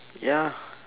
ya